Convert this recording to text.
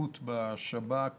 ההסתייעות בשב"כ